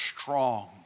strong